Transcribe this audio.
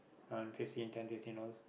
around fifteen ten fifteen hours